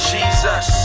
Jesus